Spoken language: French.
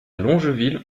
longeville